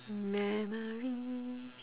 memory